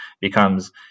becomes